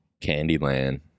Candyland